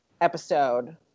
episode